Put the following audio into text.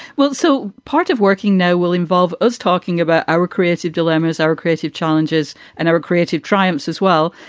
well, so part of working now will involve us talking about our creative dilemmas, our creative challenges and our creative triumphs as well.